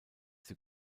sie